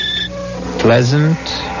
pleasant